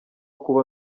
kuba